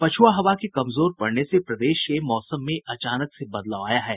पछुआ हवा के कमजोर पड़ने से प्रदेश के मौसम में अचानक से बदलाव आया है